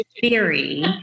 theory